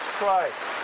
Christ